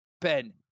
Ben